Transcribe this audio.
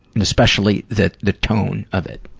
and especially the the tone of it.